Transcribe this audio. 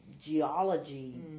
geology